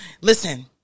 Listen